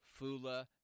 Fula